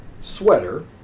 sweater